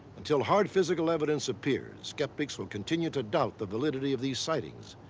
until hard physical evidence appears, skeptics will continue to doubt the validity of these sightings.